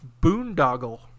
Boondoggle